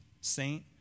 saint